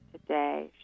today